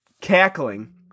cackling